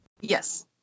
Yes